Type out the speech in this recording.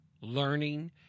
learning